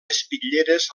espitlleres